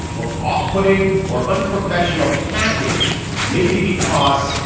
or off putting or unprofessional package maybe b costs.